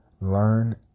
learn